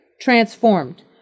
transformed